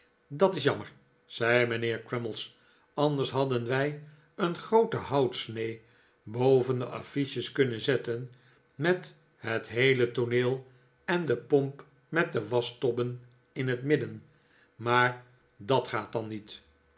dat is jammer zei mijnheer crummies anders hadden wij een groote houtsnee boven de affiches kunnen zetten met het heele tooneel en de pomp met de waschtobben in het midden maar dat gaat dan niet